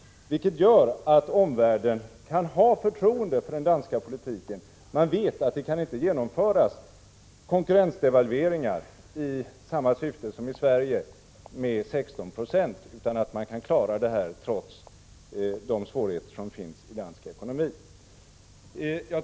Detta gör att omvärlden kan ha förtroende för den danska politiken — man vet att det i Danmark inte kan genomföras konkurrensdevalveringar i samma syfte som i Sverige med 16 96 utan att man klarar det trots svårigheterna i dansk ekonomi.